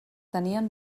tenien